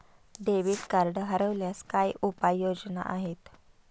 Debit card हरवल्यास काय उपाय योजना आहेत?